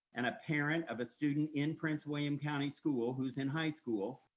and a parent of a student in prince william county school who's in high school,